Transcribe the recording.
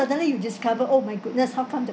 suddenly you discover oh my goodness how come